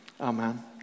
Amen